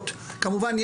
כמובן,